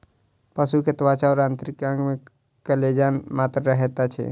पशु के त्वचा और आंतरिक अंग में कोलेजन के मात्रा रहैत अछि